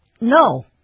no